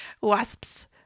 wasps